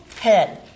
Head